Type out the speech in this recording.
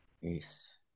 Yes